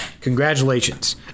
Congratulations